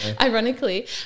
ironically